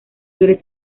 flores